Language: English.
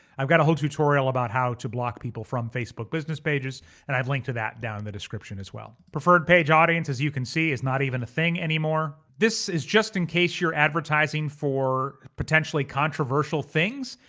i've got a whole tutorial about how to block people from facebook business pages and i've linked to that down in the description as well. preferred page audience. as you can see, it's not even a thing anymore. this is just in case you're advertising for potentially controversial things.